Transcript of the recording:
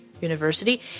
University